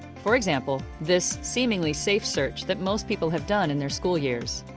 for example this seemingly safe search that most people have done in their school years.